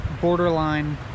borderline